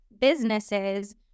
businesses